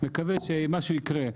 נקווה שמשהו יקרה.